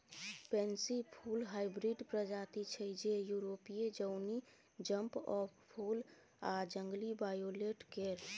pansy फुल hybrid प्रजाति छै जे युरोपीय जौनी जंप अप फुल आ जंगली वायोलेट केर